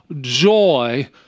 joy